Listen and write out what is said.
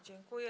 Dziękuję.